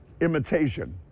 imitation